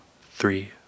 three